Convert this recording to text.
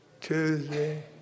Tuesday